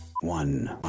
One